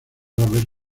vez